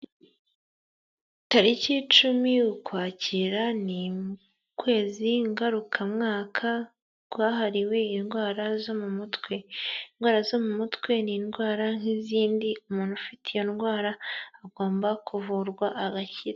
Tariki cumi y'ukwakira ni ukwezi ngarukamwaka kwahariwe indwara zo mu mutwe, indwara zo mu mutwe ni indwara nk'izindi, umuntu ufite iyo ndwara agomba kuvurwa agakira.